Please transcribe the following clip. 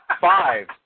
five